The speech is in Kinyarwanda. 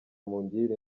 mungire